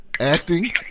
acting